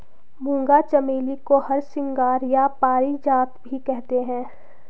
मूंगा चमेली को हरसिंगार या पारिजात भी कहते हैं